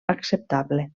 acceptable